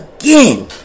again